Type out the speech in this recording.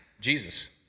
Jesus